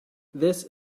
this